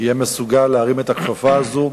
יהיה באמת מסוגל להרים את הכפפה הזו,